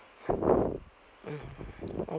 mm